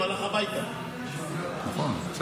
הוא הלך הביתה, אני אמרתי לו שאני אקריא.